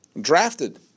drafted